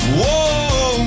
whoa